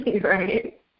Right